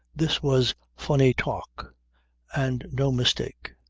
this was funny talk and no mistake.